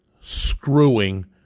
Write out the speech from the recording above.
screwing